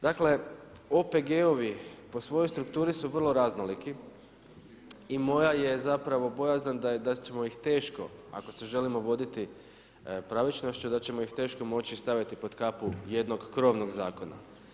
Dakle, OPG-ovi po svojoj strukturi su vrlo raznoliki i moja je zapravo bojazan da ćemo ih teško ako se želimo voditi pravičnošću, da ćemo ih teško moći staviti pod kapu jednog krovnog zakona.